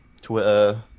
Twitter